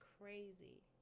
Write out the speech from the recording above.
crazy